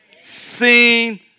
seen